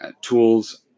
tools